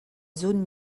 zone